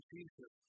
Jesus